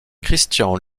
christian